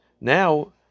Now